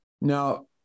Now